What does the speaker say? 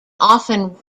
often